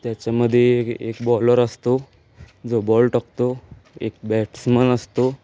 त्याच्यामध्ये एक बॉलर असतो जो बॉल टाकतो एक बॅट्समन असतो